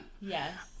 yes